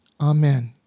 Amen